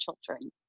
children